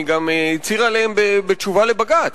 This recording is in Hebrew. היא גם הצהירה עליהן בתשובה לבג"ץ.